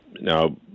Now